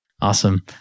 Awesome